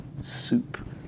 soup